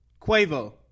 Quavo